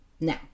Now